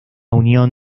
unión